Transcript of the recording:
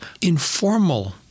informal